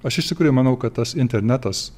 aš iš tikrųjų manau kad tas internetas